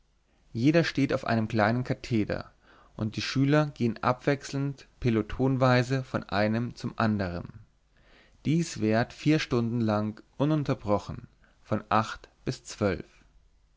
jeder steht auf einem kleinen katheder und die schüler gehen wechselnd pelotonweise von einem zum anderen dies währt vier stunden lang ununterbrochen von acht bis zwölf